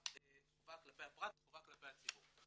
חובה כלפי הפרט וחובה כלפי הציבור.